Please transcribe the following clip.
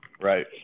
Right